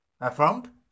affirmed